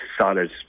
solid